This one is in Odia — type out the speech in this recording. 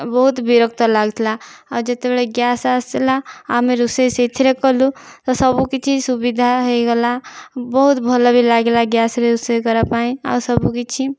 ବହୁତ ବିରକ୍ତ ଲାଗୁଥିଲା ଆଉ ଯେତେବେଳେ ଗ୍ୟାସ ଆସିଲା ଆମେ ରୋଷେଇ ସେଇଥିରେ କଲୁ ସବୁକିଛି ସୁବିଧା ହେଇଗଲା ବହୁତ ଭଲ ବି ଲାଗିଲା ଗ୍ୟାସ ରେ ରୋଷେଇ କରିବା ପାଇଁ ଆଉ ସବୁକିଛି